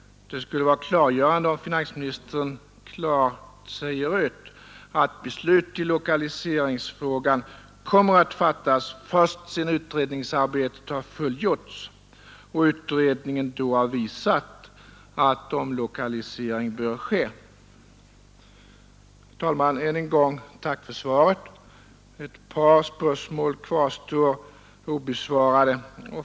Det skulle vara klargörande om finansministern sade rent ut att beslut i lokaliseringsfrågan kommer att fattas först sedan utredningsarbetet har fullgjorts och utredningen då har visat att omlokalisering bör ske. Herr talman! Än en gång tack för svaret på min interpellation. Ett par spörsmål kvarstår obesvarade.